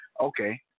Okay